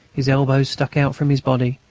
his elbows stuck out from his body,